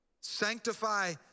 sanctify